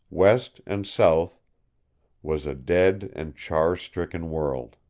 west and south was a dead and char-stricken world.